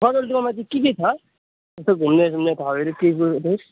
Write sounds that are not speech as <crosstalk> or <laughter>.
गजलडुब्बामा चाहिँ के के छ त्यस्तो घुम्ने डुल्ने ठाउँहरू <unintelligible>